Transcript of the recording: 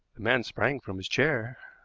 the man sprang from his chair.